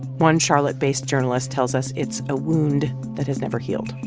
one charlotte-based journalist tells us it's a wound that has never healed